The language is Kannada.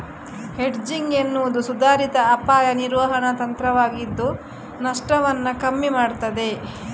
ಹೆಡ್ಜಿಂಗ್ ಎನ್ನುವುದು ಸುಧಾರಿತ ಅಪಾಯ ನಿರ್ವಹಣಾ ತಂತ್ರವಾಗಿದ್ದು ನಷ್ಟವನ್ನ ಕಮ್ಮಿ ಮಾಡ್ತದೆ